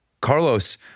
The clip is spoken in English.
Carlos